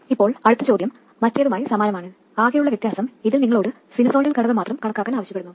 ഇപ്പോൾ അടുത്ത ചോദ്യം മറ്റേതുമായി സമാനമാണ് ആകെയുള്ള വ്യത്യാസം ഇതിൽ നിങ്ങളോട് സിനുസോയ്ഡൽ ഘടകം മാത്രം കണക്കാക്കാൻ ആവശ്യപ്പെടുന്നു